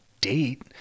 date